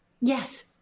yes